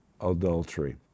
adultery